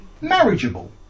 marriageable